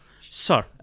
sir